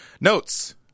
Notes